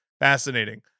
fascinating